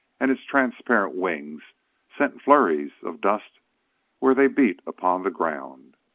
and its transparent wings sent flurries of dust where they beat upon the ground.